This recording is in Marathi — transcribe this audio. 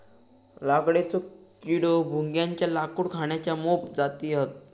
लाकडेचो किडो, भुंग्याच्या लाकूड खाण्याच्या मोप जाती हत